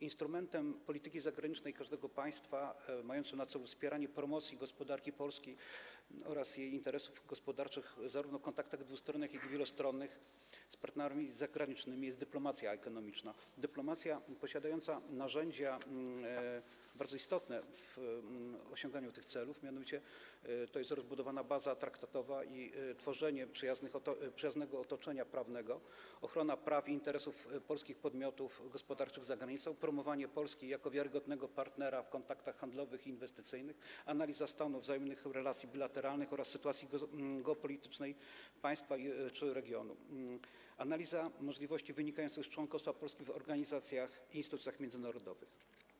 Instrumentem polityki zagranicznej każdego państwa mającym na celu wspieranie promocji gospodarki Polski oraz jej interesów gospodarczych zarówno w kontaktach dwustronnych, jak i wielostronnych z partnerami zagranicznymi jest dyplomacja ekonomiczna, dyplomacja posiadająca narzędzia bardzo istotne w osiąganiu tych celów, do których należą: rozbudowana baza traktatowa i tworzenie przyjaznego otoczenia prawnego, ochrona praw i interesów polskich podmiotów gospodarczych za granicą, promowanie Polski jako wiarygodnego partnera w kontaktach handlowych i inwestycyjnych, analiza stanów wzajemnych relacji bilateralnych oraz sytuacji geopolitycznej państwa czy regionu, analiza możliwości wynikających z członkostwa Polski w organizacjach i instytucjach międzynarodowych.